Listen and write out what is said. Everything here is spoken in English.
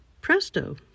presto